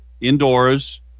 indoors